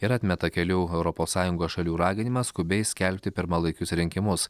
ir atmeta kelių europos sąjungos šalių raginimą skubiai skelbti pirmalaikius rinkimus